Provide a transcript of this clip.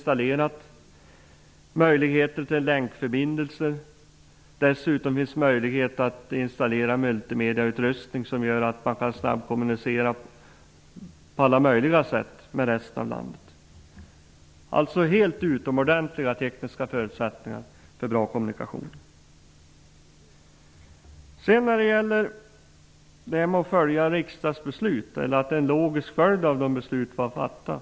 Det finns möjligheter till länkförbindelser och dessutom möjligheter att installera multimedieutrustning, som gör att man snabbt kan kommunicera på alla möjliga sätt med resten av landet. Det finns alltså utomordentliga tekniska förutsättningar för bra kommunikation. Det tredje av av mina argument var alltså att en utlokalisering är en logisk följd av de riksdagsbeslut som vi har fattat.